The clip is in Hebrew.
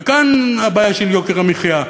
וכאן הבעיה של יוקר המחיה.